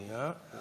בעד,